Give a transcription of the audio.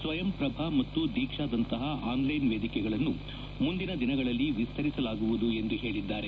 ಸ್ವಯಂಪ್ರಭ ಮತ್ತು ದೀಕ್ಷಾದಂತಹ ಆನ್ಲೈನ್ ವೇದಿಕೆಗಳನ್ನು ಮುಂದಿನ ದಿನಗಳಲ್ಲಿ ವಿಸ್ತರಿಸಲಾಗುವುದು ಎಂದು ಹೇಳಿದ್ದಾರೆ